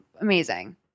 amazing